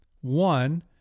one